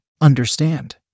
Understand